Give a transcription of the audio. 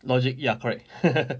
logic ya correct